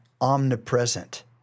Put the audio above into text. omnipresent